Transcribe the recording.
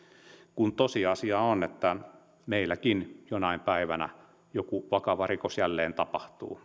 kun tosiasia on että meilläkin jonain päivänä joku vakava rikos jälleen tapahtuu